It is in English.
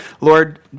Lord